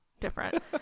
different